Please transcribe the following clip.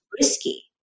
risky